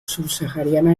subsahariana